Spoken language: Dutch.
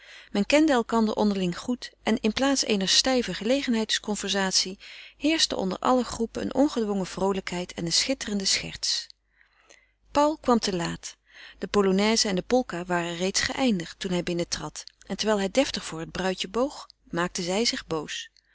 men kende elkander onderling goed en in plaats eener stijve gelegenheidsconversatie heerschten onder alle groepen eene ongedwongen vroolijkheid en een schitterende scherts paul kwam te laat de polonaise en de polka waren reeds geëindigd toen hij binnentrad en terwijl hij deftig voor het bruidje boog maakte zij zich boos